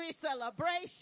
celebration